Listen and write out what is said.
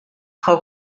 frau